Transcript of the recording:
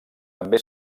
també